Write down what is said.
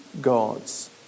God's